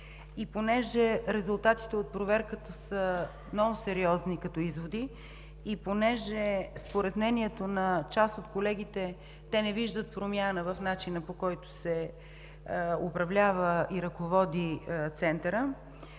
Понеже резултатите от проверката са много сериозни като изводи и според мнението на част от колегите – не виждат промяна в начина, по който се управлява и ръководи Центъра,